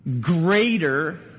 greater